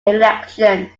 elections